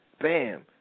Bam